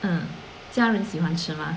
mm 嗯家人喜欢吃吗